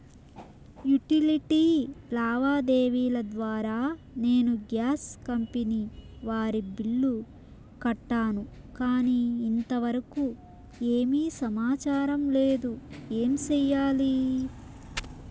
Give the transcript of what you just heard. Utility లావాదేవీల ద్వారా నేను గ్యాస్ కంపెని వారి బిల్లు కట్టాను కానీ ఇంతవరకు ఏమి సమాచారం లేదు, ఏమి సెయ్యాలి?